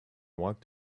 walked